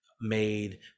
made